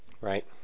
Right